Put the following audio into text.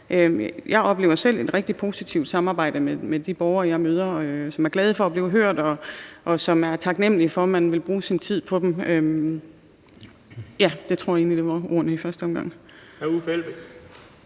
Jeg oplever selv et rigtig positivt samarbejde med de borgere, jeg møder. De er glade for at blive hørt, og de er taknemlige for, at man vil bruge sin tid på dem. Jeg tror egentlig, at det var ordene i første omgang.